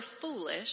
foolish